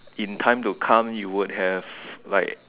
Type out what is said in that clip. in time to come you would have like